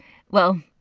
well,